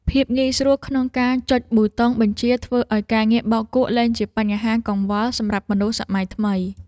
ភាពងាយស្រួលក្នុងការចុចប៊ូតុងបញ្ជាធ្វើឱ្យការងារបោកគក់លែងជាបញ្ហាកង្វល់សម្រាប់មនុស្សសម័យថ្មី។